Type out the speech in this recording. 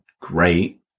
great